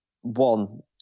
one